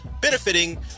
benefiting